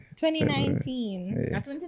2019